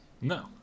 No